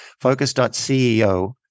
focus.ceo